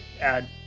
add